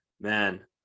man